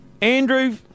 Andrew